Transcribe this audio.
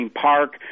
Park